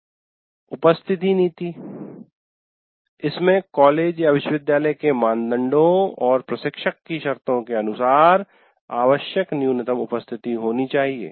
"उपस्थिति नीति" - इसमें कॉलेज विश्वविद्यालय के मानदंडों और प्रशिक्षक की शर्तों के अनुसार आवश्यक न्यूनतम उपस्थिति होनी चाहिए